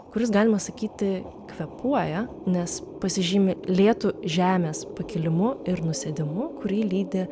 kuris galima sakyti kvėpuoja nes pasižymi lėtu žemės pakilimu ir nusėdimu kurį lydi